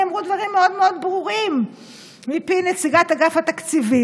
נאמרו דברים מאוד מאוד ברורים מפי נציגת אגף התקציבים,